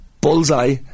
Bullseye